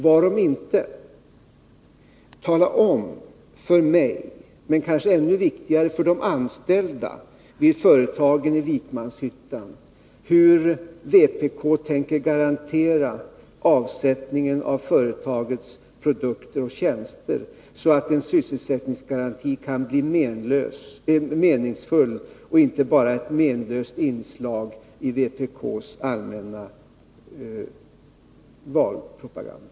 Varom inte, tala om för mig och — vilket kanske är ännu viktigare — för de anställda vid företagen i Vikmanshyttan, hur vpk tänker garantera avsättningen av företagets produkter och tjänster, så att en sysselsättningsgaranti kan bli meningsfull och inte bara ett menlöst inslag i vpk:s allmänna valpropaganda.